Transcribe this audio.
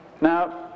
Now